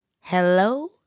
hello